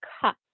cut